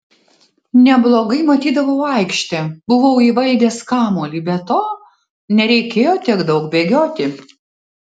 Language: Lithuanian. neblogai matydavau aikštę buvau įvaldęs kamuolį be to nereikėjo tiek daug bėgioti